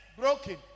broken